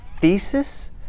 thesis